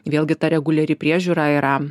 vėlgi ta reguliari priežiūra yra